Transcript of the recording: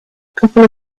couple